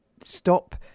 stop